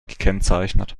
gekennzeichnet